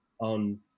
on